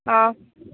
आं